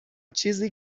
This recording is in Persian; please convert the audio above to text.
چیزی